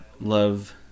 love